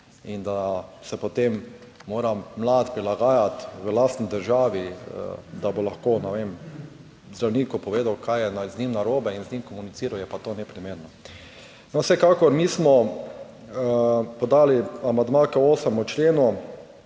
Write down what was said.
In da se potem mora mlad prilagajati v lastni državi, da bo lahko, ne vem, zdravniku povedal, kaj je z njim narobe in z njim komuniciral, je pa to neprimerno. No vsekakor mi smo podali amandma k 8. členu,